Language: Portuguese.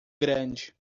grande